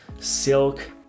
silk